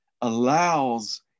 allows